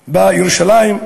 בירושלים.